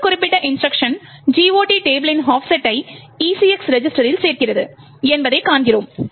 இந்த குறிப்பிட்ட instruction GOT டேபிளின் ஆஃப்செட்டை ECX ரெஜிஸ்டரில் சேர்க்கிறது என்பதைக் காண்கிறோம்